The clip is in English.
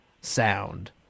sound